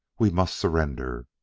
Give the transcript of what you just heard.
we must surrender.